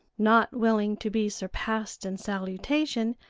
not willing to be surpassed in salutation,